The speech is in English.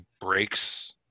breaks